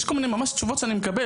יש כל מיני תשובות שאני מקבל.